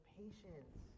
patience